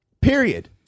period